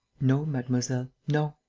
no, mademoiselle, no.